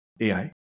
AI